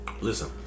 listen